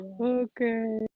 okay